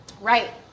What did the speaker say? right